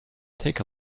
take